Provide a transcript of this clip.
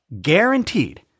guaranteed